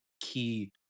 key